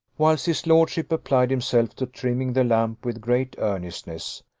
whilst his lordship applied himself to trimming the lamp with great earnestness,